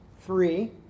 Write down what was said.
three